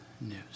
news